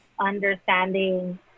understanding